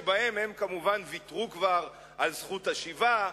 בהן הם ויתרו כבר על זכות השיבה,